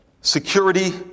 Security